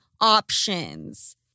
options